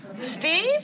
Steve